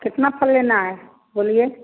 कितना फल लेना है बोलिए